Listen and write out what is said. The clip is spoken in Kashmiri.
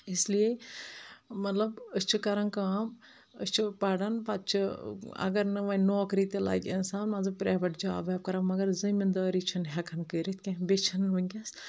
اِسلیے مطلب أسۍ چھِ کَرَان کٲم أسۍ چھِ پَران پَتہٕ چھِ اگر نہٕ وۄنۍ نوکری تہِ لَگہِ اِنسان مان ژٕ پرٛیویٹ جاب ہیٚپ کَران مگر زٔمیٖندٲری چھِنہٕ ہؠکَان کٔرِتھ کینٛہہ بیٚیہِ چھِنہٕ وٕنکیٚس